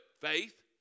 faith